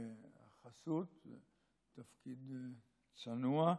החסות בתקציב צנוע,